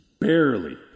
Barely